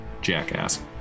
jackass